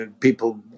people